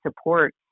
support